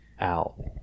out